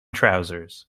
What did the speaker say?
trousers